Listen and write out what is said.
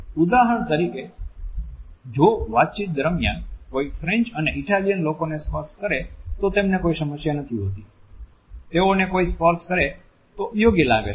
ઉદાહરણ તરીકે જો વાતચીત દરમિયાન કોઈ ફ્રેન્ચ અને ઇટાલિયન લોકોને સ્પર્શ કરે તો તેમને કોઈ સમસ્યા નથી હોતી તેઓને કોઈ સ્પર્શ કરે તો યોગ્ય લાગે છે